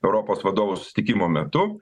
europos vadovų susitikimo metu